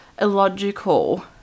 illogical